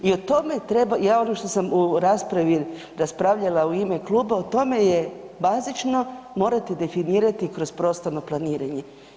I o tome treba, ja ono što sam u raspravi raspravljala u ime kluba, o tome je bazično, morate definirate kroz prostorno planiranje.